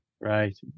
right